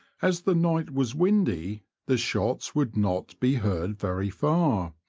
as the night was windy the shots would not be heard very far,